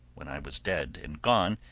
when i was dead and gone,